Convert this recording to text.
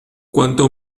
cuanto